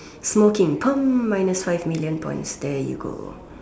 smoking paam minus five million points there you go